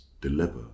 deliver